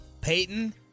Peyton